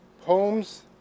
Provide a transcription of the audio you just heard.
poems